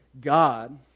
God